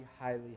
highly